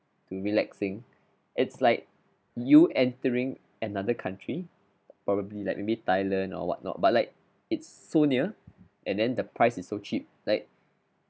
to relaxing it's like you entering another country probably like maybe thailand or what not but like it's so near and then the price is so cheap like